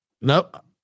Nope